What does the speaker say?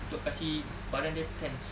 untuk kasih badan dia tense